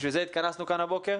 בשביל זה התכנסנו כאן הבוקר.